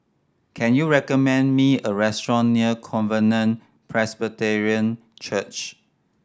can you recommend me a restaurant near Covenant Presbyterian Church